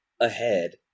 ahead